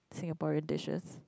Singaporean dishes